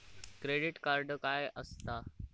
Credit card काय असता?